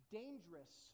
dangerous